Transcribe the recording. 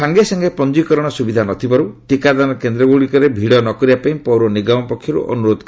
ସାଙ୍ଗେ ସାଙ୍ଗେ ପଞ୍ଜିକରଣର ସୁବିଧା ନଥିବାରୁ ଟିକାଦାନ କେନ୍ଦ୍ର ଗୁଡ଼ିକରେ ଭିଡ଼ ନକରିବାପାଇଁ ପୌର ନିଗମ ପକ୍ଷରୁ ଅନୁରୋଧ କରାଯାଇଛି